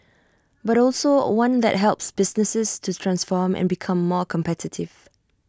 but also one that helps businesses to transform and become more competitive